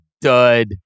dud